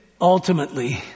ultimately